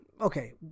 okay